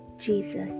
Jesus